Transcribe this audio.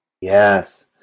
Yes